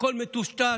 הכול מטושטש,